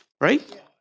Right